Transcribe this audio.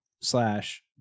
slash